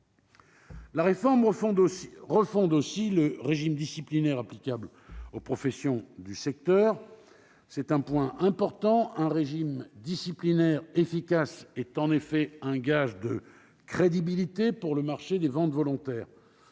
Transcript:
La réforme refonde aussi le régime disciplinaire applicable aux professionnels du secteur. C'est un point important. Un régime disciplinaire efficace est en effet un gage de crédibilité pour le marché des ventes volontaires.